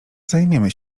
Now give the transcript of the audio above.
zajmiemy